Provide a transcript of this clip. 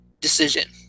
decision